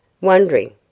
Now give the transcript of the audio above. Wondering